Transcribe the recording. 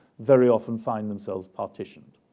very often find themselves partitioned,